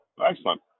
excellent